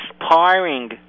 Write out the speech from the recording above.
inspiring